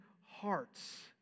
hearts